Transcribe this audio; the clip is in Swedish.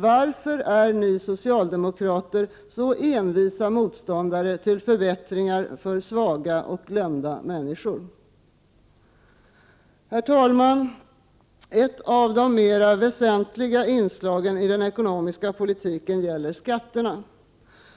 Varför är ni socialdemokrater så envisa motståndare till förbättringar för svaga och glömda människor? Herr talman! Ett av de mera väsentliga inslagen i den ekonomiska politiken gäller skatterna.